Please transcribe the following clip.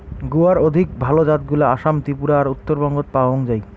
গুয়ার অধিক ভাল জাতগুলা আসাম, ত্রিপুরা আর উত্তরবঙ্গত পাওয়াং যাই